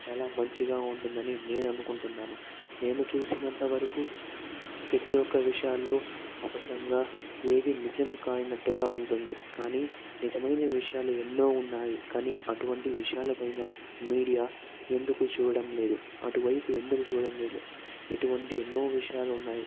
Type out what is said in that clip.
చాలా మంచిగా ఉంటుందని నేను అనుకుంటున్నాను నేను చూసినంతవరకు ప్రతి ఒక్క విషయాలు అబద్ధంగా ఏవి నిజం కానట్టుగా ఉంటుంది కానీ నిజమైన విషయాలు ఎన్నో ఉన్నాయి కానీ అటువంటి విషయాలపైన మీడియా ఎందుకు చూడడం లేదు అటువైపు ఎందుకు చూడడం లేదు ఇటువంటి ఎన్నో విషయాలు ఉన్నాయి